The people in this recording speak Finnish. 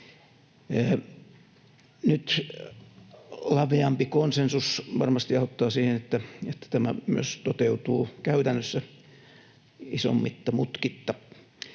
Nyt laveampi konsensus varmasti auttaa siihen, että tämä myös toteutuu käytännössä isommitta mutkitta.